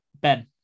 Ben